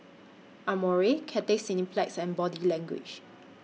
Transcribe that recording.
Amore Cathay Cineplex and Body Language